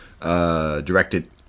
directed